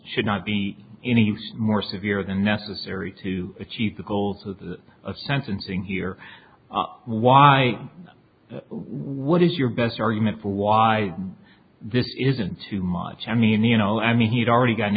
should not be any more severe than necessary to achieve the goals of the a sentencing here why what is your best argument for why this isn't too much i mean you know i mean he'd already got